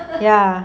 ya